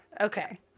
okay